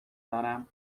دارم